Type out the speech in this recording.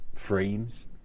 frames